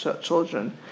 children